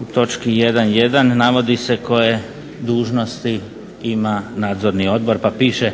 u točki 1.1. navodi se koje dužnosti ima Nadzorni odbor pa piše,